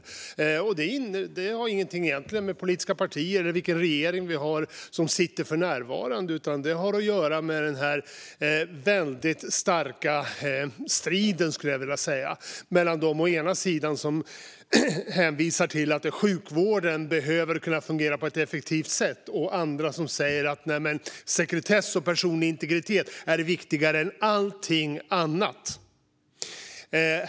Det har egentligen inget att göra med politiska partier eller vilken regering vi för närvarande har, utan jag skulle vilja säga att det har att göra med den väldigt starka striden mellan dem som hänvisar till att sjukvården behöver kunna fungera på ett effektivt sätt och dem som säger att sekretess och personlig integritet är viktigare än allting annat.